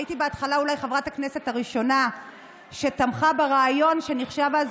הייתי בהתחלה אולי חברת הכנסת הראשונה שתמכה ברעיון שנחשב אז